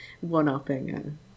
one-upping